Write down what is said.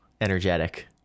energetic